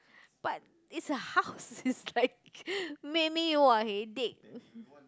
but it's a house it's like make me you were headache